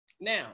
Now